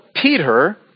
Peter